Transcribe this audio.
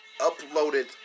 uploaded